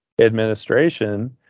administration